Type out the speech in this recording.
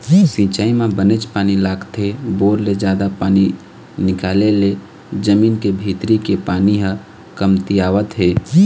सिंचई म बनेच पानी लागथे, बोर ले जादा पानी निकाले ले जमीन के भीतरी के पानी ह कमतियावत हे